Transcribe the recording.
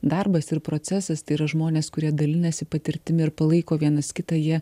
darbas ir procesas tai yra žmonės kurie dalinasi patirtimi ir palaiko vienas kitą jie